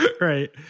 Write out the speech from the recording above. right